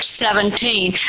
17